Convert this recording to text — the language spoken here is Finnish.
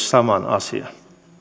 saman asian